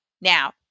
Now